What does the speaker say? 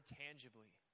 tangibly